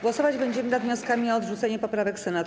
Głosować będziemy nad wnioskami o odrzucenie poprawek Senatu.